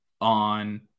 on